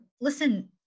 listen